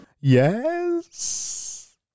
Yes